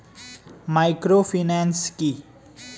Microfinance কি?